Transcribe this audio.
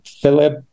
Philip